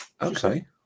Okay